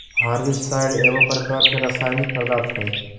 herbicide एगो प्रकार के रासायनिक पदार्थ हई